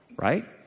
right